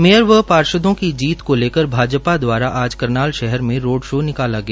mayor व पार्षदों की जीत को लेकर भाजपा दवारा आज करनाल शहर में रोड शो निकाला गया